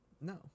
No